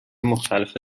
مختلف